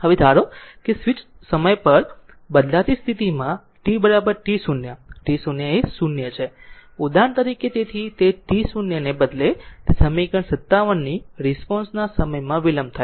હવે ધારો કે જો સ્વીચ સમય પર બદલાતી સ્થિતિમાંt t0 t0 એ 0 છે ઉદાહરણ તરીકે તેથી t 0 ને બદલે તે સમીકરણ 57 ની રિસ્પોન્સ માં સમયમાં વિલંબ થાય છે